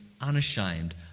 unashamed